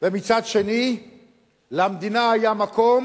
ומצד שני למדינה היה מקום